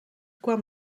kwam